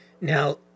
Now